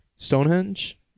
Stonehenge